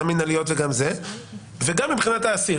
גם מינהליות - וגם מבחינת האסיר.